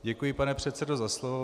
Děkuji, pane předsedo za slovo.